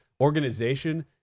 organization